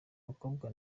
mukobwa